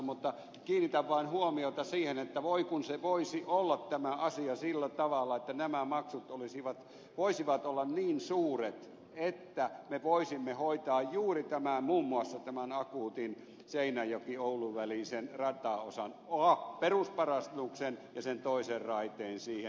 mutta kiinnitän vain huomiota siihen että voi kun se voisi olla tämä asia sillä tavalla että nämä maksut voisivat olla niin suuret että me voisimme hoitaa juuri muun muassa tämän akuutin seinäjokioulu välisen rataosan perusparannuksen ja sen toisen raiteen siihen